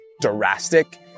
drastic